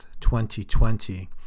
2020